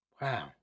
Wow